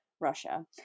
Russia